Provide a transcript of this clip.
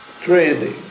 trading